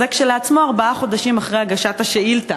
זה כשלעצמו ארבעה חודשים אחרי הגשת השאילתה.